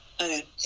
Okay